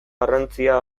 garrantzia